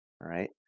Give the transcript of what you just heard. right